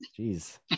jeez